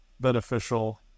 beneficial